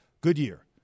Goodyear